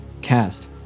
cast